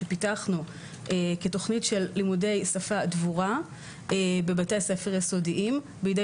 שפיתחנו כתוכנית של לימודי שפה דבורה בבתי ספר יסודיים בידי